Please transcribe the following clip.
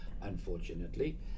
unfortunately